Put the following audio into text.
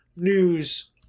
News